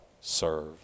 serve